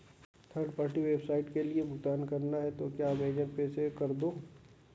third party website के लिए भुगतान करना है तो क्या अमेज़न पे से कर दो